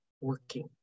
working